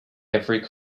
every